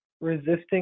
resisting